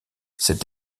cette